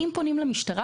אם פונים למשטרה,